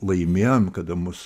laimėjom kada mus